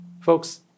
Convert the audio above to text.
folks